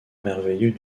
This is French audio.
merveilleux